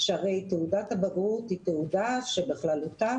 שהרי תעודת הבגרות היא תעודה שבכללותה